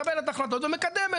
מקבלת החלטות ומקדמת.